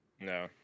No